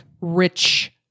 rich